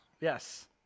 Yes